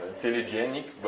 telegenic,